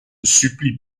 supplie